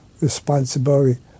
responsibility